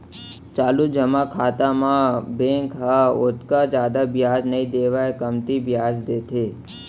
चालू जमा खाता म बेंक ह ओतका जादा बियाज नइ देवय कमती बियाज देथे